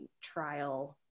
trial